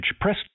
Press